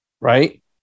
right